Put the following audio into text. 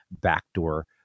backdoor